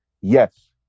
Yes